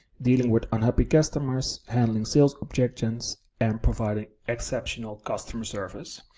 dealing with unhappy customers, handling sales objections, and providing exceptional customer service.